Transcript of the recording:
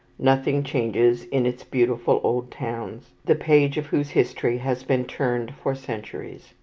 nothing changes in its beautiful old towns, the page of whose history has been turned for centuries.